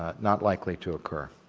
ah not likely to occur.